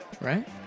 right